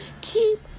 Keep